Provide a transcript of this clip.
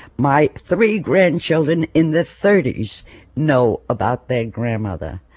my three grandchildren in the thirty s know about their grandmother.